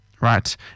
right